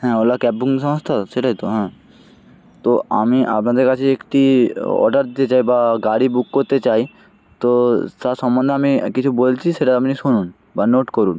হ্যাঁ Ola cab book সংস্থা সেটাই তো হ্যাঁ তো আমি আপনাদের কাছে একটি অর্ডার দিতে চাই বা গাড়ি বুক করতে চাই তো তার সম্বন্ধে আমি কিছু বলছি সেটা আপনি শুনুন বা নোট করুন